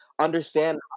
understand